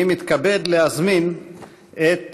אני מתכבד להזמין את